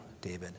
David